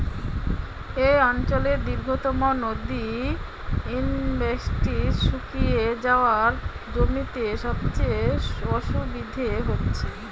এই অঞ্চলের দীর্ঘতম নদী ইউফ্রেটিস শুকিয়ে যাওয়ায় জমিতে সেচের অসুবিধে হচ্ছে